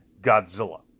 Godzilla